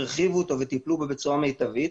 הרחיבו אותו וטיפלו בו בצורה מיטבית,